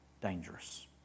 dangerous